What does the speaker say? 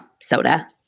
soda